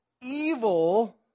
evil